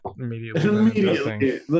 immediately